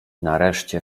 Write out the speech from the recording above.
nareszcie